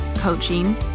coaching